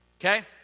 okay